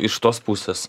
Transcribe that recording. iš tos pusės